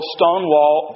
Stonewall